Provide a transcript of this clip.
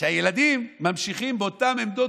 שהילדים ממשיכים באותן עמדות,